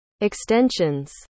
extensions